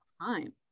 time